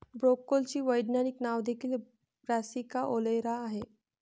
ब्रोकोलीचे वैज्ञानिक नाव देखील ब्रासिका ओलेरा आहे